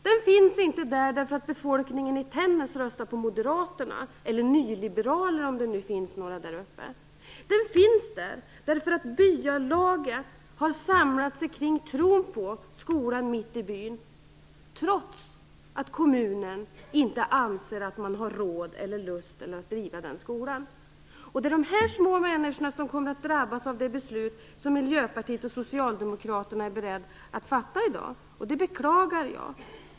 Den finns där inte därför att befolkningen i Tännäs röstar på Moderaterna eller nyliberalerna, om nu sådana finns där. Den finns där därför att byalaget har samlat sig kring tron på skolan mitt i byn, trots att kommunen inte anser att man har råd eller lust att driva den skolan. Det är de här små människorna som kommer att drabbas av det beslut som Miljöpartiet och Socialdemokraterna är beredda att fatta i dag. Det beklagar jag.